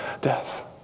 death